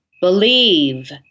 Believe